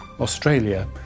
Australia